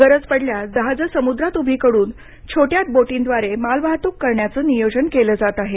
गरज पडल्यास जहाजं समुद्रात उभी करून छोट्या बोटींद्वारे मालवाहतूक करण्याचं नियोजन केलं जात आहे